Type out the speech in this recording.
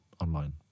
online